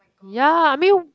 ya I mean